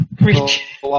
Reach